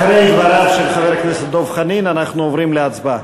אחרי דבריו של חבר הכנסת דב חנין אנחנו עוברים להצבעה.